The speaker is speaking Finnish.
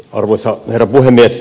arvoisa herra puhemies